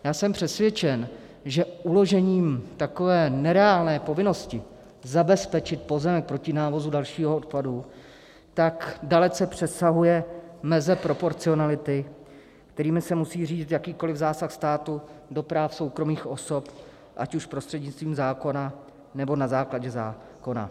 Já jsem přesvědčen, že uložení takové nereálné povinnosti zabezpečit pozemek proti návozu dalšího odpadu dalece přesahuje meze proporcionality, kterými se musí řídit jakýkoli zásah státu do práv soukromých osob, ať už prostřednictvím zákona, nebo na základě zákona.